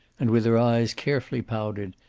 and with her eyes carefully powdered,